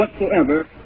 whatsoever